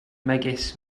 megis